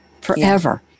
forever